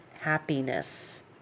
happiness